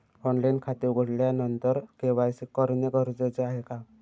Online खाते उघडल्यानंतर KYC करणे गरजेचे आहे का?